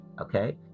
Okay